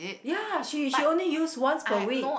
ya she she only use once per week